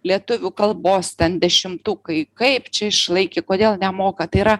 lietuvių kalbos ten dešimtukai kaip čia išlaikė kodėl nemoka tai yra